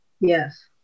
Yes